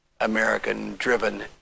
American-driven